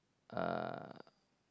uh